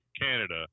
Canada